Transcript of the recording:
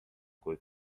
kui